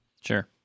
Sure